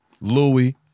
Louis